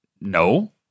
No